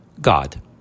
God